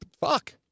fuck